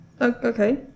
okay